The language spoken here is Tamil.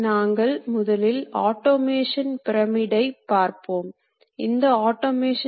இதனால் இரு பரிமாண இயக்கத்தை உருவாக்க முடிகிறது